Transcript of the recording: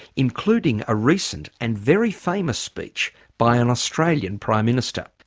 including a recent and very famous speech by an australian prime minister.